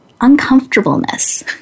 uncomfortableness